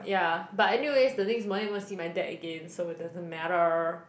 ya but anyways the next morning gonna see my dad again so it doesn't matter